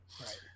Right